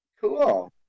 Cool